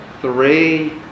three